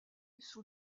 sous